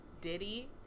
Diddy